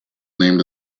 named